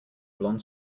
blond